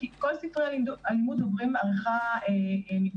כי כל ספרי הלימוד עוברים עריכה מגדרית,